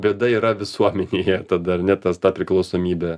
bėda yra visuomenėje tad ar ne tas ta priklausomybė